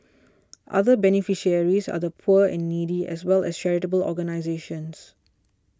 other beneficiaries are the poor and needy as well as charitable organisations